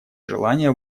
желание